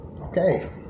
Okay